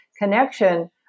connection